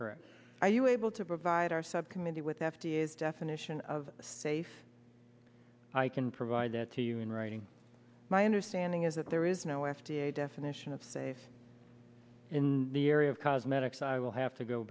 correct are you able to provide our subcommittee with f d a is definition of safe i can provide that to you in writing my understanding is that there is no f d a definition of safe in the area of cosmetics i will have to go